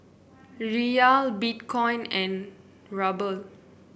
Riyal Bitcoin and Ruble